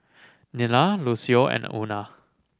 Nila Lucio and Una